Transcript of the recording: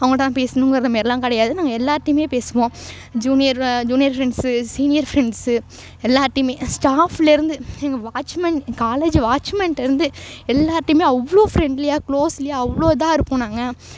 அவங்கள்ட்ட தான் பேசணுங்கிறது மாரிலாம் கிடையாது நாங்கள் எல்லோர்ட்டையுமே பேசுவோம் junior junior friends senior friends எல்லோர்ட்டையுமே ஸ்டாஃப்லேருந்து எங்கள் வாட்ச்மேன் காலேஜு வாட்ச்மேன்ட்டேருந்து எல்லோர்ட்டையுமே அவ்வளோ ஃப்ரெண்ட்லியாக க்ளோஸ்லியாக அவ்வளோ இதாக இருப்போம் நாங்கள்